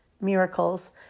miracles